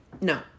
no